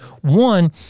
one